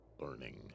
learning